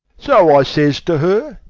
so i says to her,